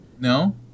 No